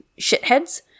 shitheads